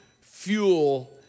fuel